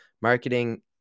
Marketing